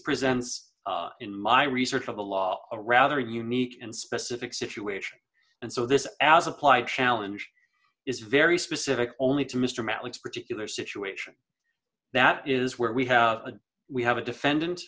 presents in my research of the law a rather unique and specific situation and so this as applied challenge is very specific only to mr malik's particular situation that is where we have a we have a defendant